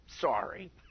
Sorry